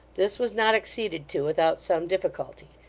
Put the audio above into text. this was not acceded to without some difficulty,